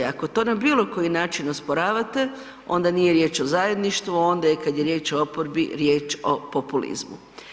Ako to na bilo koji način osporavate onda nije riječ o zajedništvu onda je kad je riječ o oporbi riječ o populizmu.